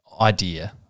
idea